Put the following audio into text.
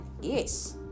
Yes